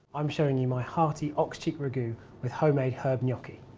um showing you my hearty ox cheek ragu with homemade herb gnocchi.